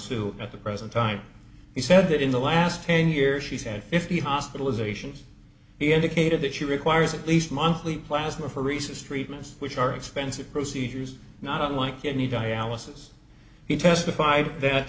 sue at the present time he said that in the last ten years she's had fifty hospitalizations he indicated that she requires at least monthly plasmapheresis treatments which are expensive procedures not unlike kidney dialysis he testified that